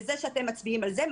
בזה שאתם מצביעים על זה,